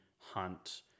Hunt